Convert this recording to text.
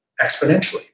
exponentially